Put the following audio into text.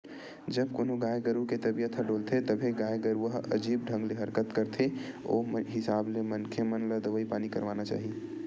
जब कोनो गाय गरु के तबीयत ह डोलथे तभे गाय गरुवा ह अजीब ढंग ले हरकत करथे ओ हिसाब ले मनखे मन ल दवई पानी करवाना चाही